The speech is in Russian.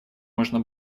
можно